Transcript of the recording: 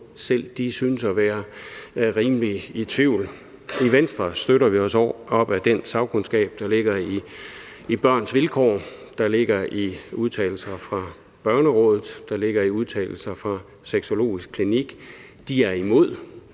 Selv de synes at være rimelig i tvivl. I Venstre støtter vi os til den sagkundskab, der ligger i udtalelser fra Børns Vilkår, i udtalelser fra Børnerådet og i udtalelser fra Sexologisk Klinik. De er imod.